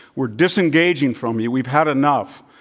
we're disengaging from you. we've had enough.